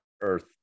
earth